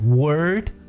word